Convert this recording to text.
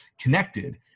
connected